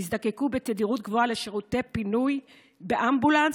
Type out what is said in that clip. והזדקקו בתדירות גבוהה לשירותי פינוי באמבולנס